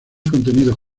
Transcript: contenidos